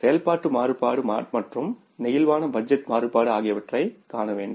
செயல்பாட்டு மாறுபாடு மற்றும் பிளேக்சிபிள் பட்ஜெட் மாறுபாடு ஆகியவற்றை காணவேண்டும்